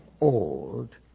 old